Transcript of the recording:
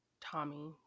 tommy